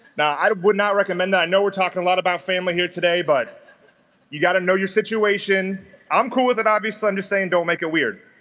now i would not recommend that no we're talking a lot about family here today but you got to know your situation i'm cool with it obviously i'm just saying don't make it weird